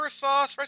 sauce